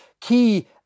key